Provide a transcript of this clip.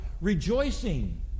Rejoicing